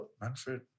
Manfred